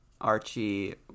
archie